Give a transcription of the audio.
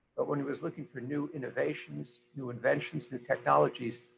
but when he was looking for new innovations, new inventions, new technologies,